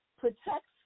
protects